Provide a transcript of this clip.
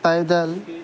پیدل